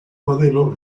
modelo